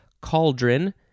cauldron